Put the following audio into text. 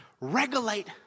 regulate